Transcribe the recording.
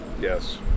Yes